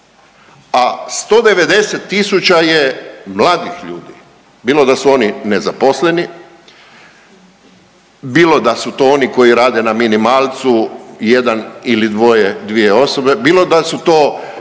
a 190.000 je mladih ljudi, bilo da su oni nezaposleni, bilo da su to oni koji rade na minimalcu jedan ili dvije osobe, bilo da su to